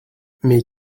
mais